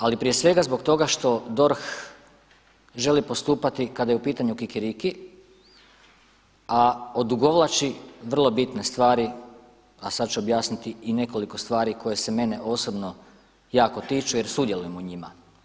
Ali prije svega zbog toga što DORH želi postupati kada je u pitanju kikiriki, a odugovlači vrlo bitne stvari a sad ću objasniti i nekoliko stvari koje se mene osobno jako tiču jer sudjelujem u njima.